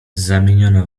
zamieniona